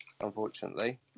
unfortunately